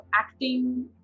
acting